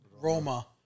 Roma